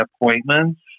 appointments